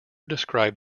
described